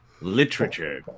Literature